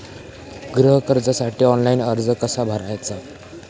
गृह कर्जासाठी ऑनलाइन अर्ज कसा भरायचा?